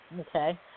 okay